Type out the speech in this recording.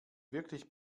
wirklich